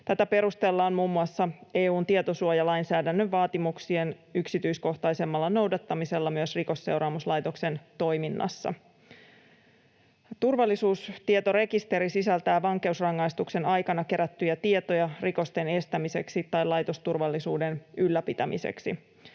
Tätä perustellaan muun muassa EU:n tietosuojalainsäädännön vaatimuksien yksityiskohtaisemmalla noudattamisella myös Rikosseuraamuslaitoksen toiminnassa. Turvallisuustietorekisteri sisältää vankeusrangaistuksen aikana kerättyjä tietoja rikosten estämiseksi tai laitosturvallisuuden ylläpitämiseksi.